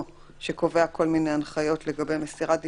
שקובע כל מיני הנחיות לגבי מסירת דיווחים.